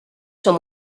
som